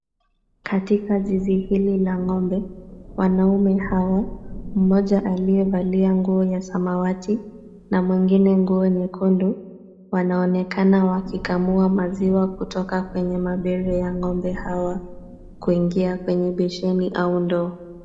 Katika zizi hili la ng'ombe, wanaume hawa, mmoja aliyevalia nguo ya samawati na mwingine nguo nyekundu, wanaonekana wakikamua maziwa kutoka kwenye mabere ya ng'ombe hawa kuingia kwenye besheni au ndoo.